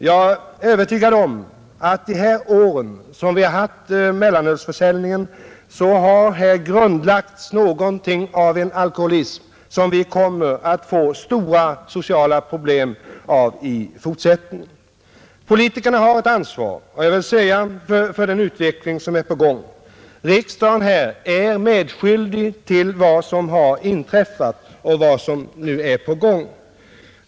Jag är övertygad om att under de år som vi har haft mellanölsförsäljning har här grundlagts någonting av en alkoholism som vi kommer att få stora sociala problem av i fortsättningen. Politikerna har ett ansvar för utvecklingen på detta område. Riksdagen är medskyldig till vad som har inträffat och vad som nu är på gång.